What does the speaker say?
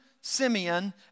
Simeon